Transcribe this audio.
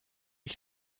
ich